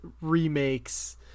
remakes